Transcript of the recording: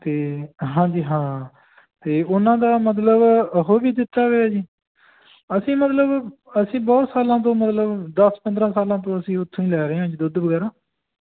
ਅਤੇ ਹਾਂਜੀ ਹਾਂ ਅਤੇ ਉਹਨਾਂ ਦਾ ਮਤਲਬ ਉਹ ਵੀ ਦਿੱਤਾ ਹੋਇਆ ਜੀ ਅਸੀਂ ਮਤਲਬ ਅਸੀਂ ਬਹੁਤ ਸਾਲਾਂ ਤੋਂ ਮਤਲਬ ਦਸ ਪੰਦਰ੍ਹਾਂ ਸਾਲਾਂ ਤੋਂ ਅਸੀਂ ਉੱਥੋਂ ਹੀ ਲੈ ਰਹੇ ਹਾਂ ਜੀ ਦੁੱਧ ਵਗੈਰਾ